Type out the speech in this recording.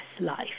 life